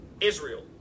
Israel